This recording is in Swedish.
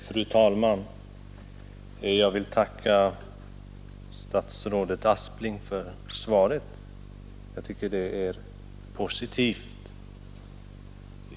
Fru talman! Jag vill tacka statsrådet Aspling för svaret, som jag tycker var positivt.